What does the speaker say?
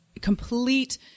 complete